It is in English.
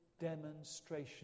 demonstration